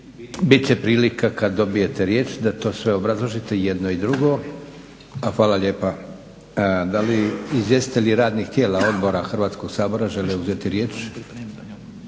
Bit će prilika kad dobijete riječ da to sve obrazložite jedno i drugo. Hvala lijepa. Da li izvjestitelji radnih tijela, odbora Hrvatskog sabora žele uzeti riječ?